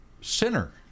sinner